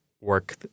work